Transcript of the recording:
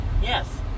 Yes